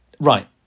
Right